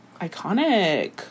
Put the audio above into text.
iconic